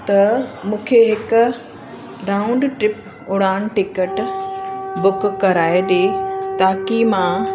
त मूंखे हिकु राउंड ट्रिप उड़ान टिकट बुक कराए ॾे ताकि मां